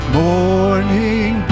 morning